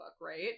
right